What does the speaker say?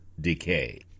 decay